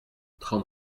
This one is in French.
trente